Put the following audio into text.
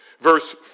Verse